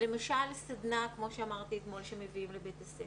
למשל, סדנה, כמו שאמרתי אתמול שמביאים לבית הספר.